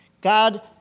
God